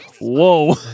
whoa